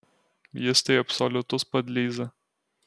jis tai absoliutus padlyza